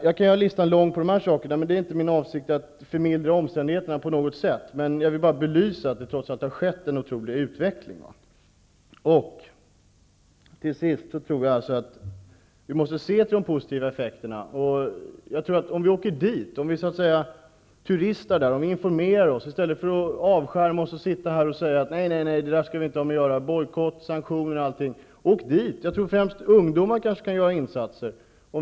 Jag kan göra listan över dessa saker lång, men det är inte min avsikt att förmildra omständigheterna på något sätt. Jag vill bara belysa att det skett en otrolig utveckling. Till sist: Vi måste se till de positiva effekterna. Vi måste åka dit, turista där och informera oss i stället för att avskärma oss och säga: Nej, nej, vi skall inte ha med det där att göra, vi skall ha bojkott och sanktioner. Åk dit i stället! Främst skulle ungdomar kunna göra insatser.